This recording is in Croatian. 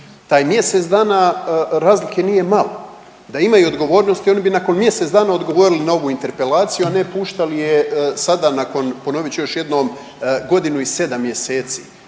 Taj mjesec dana razlike nije malo, da imaju odgovornosti oni bi nakon mjesec dana odgovorili na ovu interpelaciju, a ne puštali je sada nakon ponovit ću još jednom godinu i 7 mjeseci.